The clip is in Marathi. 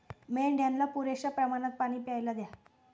मेंढ्यांना पुरेशा प्रमाणात पाणी प्यायला द्या